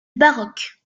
baroque